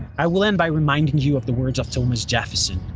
i will end by reminding you of the words of thomas jefferson,